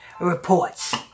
reports